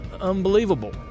unbelievable